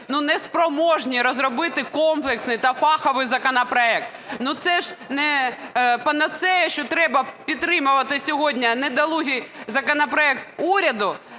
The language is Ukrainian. не спроможні розробити комплексний та фаховий законопроект. Ну, це ж не панацея, що треба підтримувати сьогодні недолугий законопроект уряду